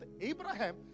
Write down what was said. Abraham